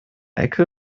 ecke